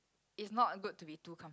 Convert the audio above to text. is not good to be too comfortable